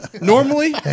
Normally